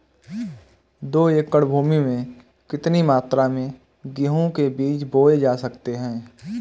दो एकड़ भूमि में कितनी मात्रा में गेहूँ के बीज बोये जा सकते हैं?